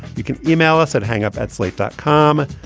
you can yeah e-mail us at hang-up at slate dot com.